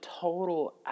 total